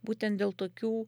būtent dėl tokių